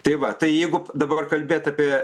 tai va tai jeigu dabar kalbėt apie